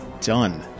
done